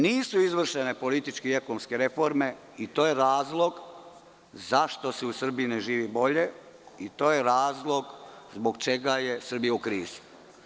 Nisu izvršene političke i ekonomske reforme i to je razlog zašto se u Srbiji ne živi bolje i to je razlog zbog čega je Srbija u krizi.